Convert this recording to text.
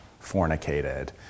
fornicated